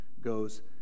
goes